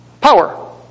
power